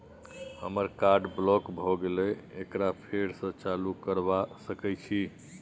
हमर card block भ गेले एकरा फेर स चालू करबा सके छि?